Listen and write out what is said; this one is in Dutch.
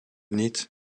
niet